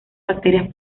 bacterias